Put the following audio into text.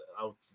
out